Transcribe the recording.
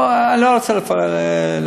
אני לא רוצה להיכנס.